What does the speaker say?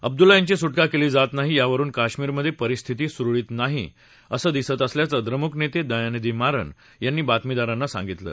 अब्दुल्ला यांची सुटका केली जात नाही यावरुन कश्मीरमधे परिस्थिती सुरळीत झालेली नाही असं दिसत असल्याचं द्रमुक नेते दयानिधी मारन यांनी बातमीदारांना सांगितलं